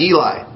Eli